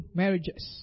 marriages